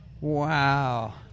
Wow